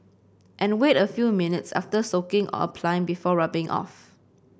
and wait a few minutes after soaking or applying before rubbing off